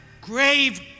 grave